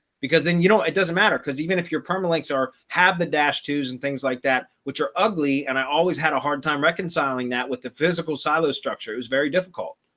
because then you know, it doesn't matter. because even if you're perma links, or have the dash twos and things like that, which are ugly, and i always had a hard time reconciling that with the physical silo structure was very difficult.